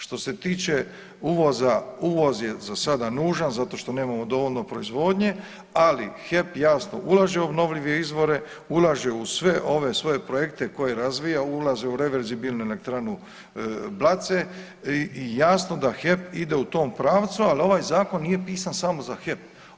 Što se tiče uvoza, uvoz je za sada nužan zato što nemamo dovoljno proizvodnje, ali HEP jasno ulaže u obnovljive izvore, ulaže u sve ove svoje projekte koje razvija, ulaže u reverzibilnu elektranu Blace, jasno da HEP ide u tom pravcu, ali ovaj zakon nije pisan samo za HEP.